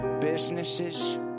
businesses